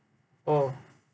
oh